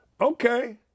Okay